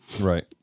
Right